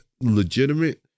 legitimate